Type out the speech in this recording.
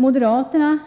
Moderaterna